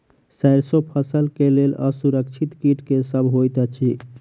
सैरसो फसल केँ लेल असुरक्षित कीट केँ सब होइत अछि?